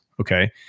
Okay